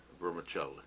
Vermicelli